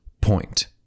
point